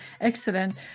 Excellent